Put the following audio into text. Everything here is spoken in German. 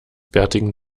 bärtigen